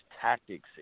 tactics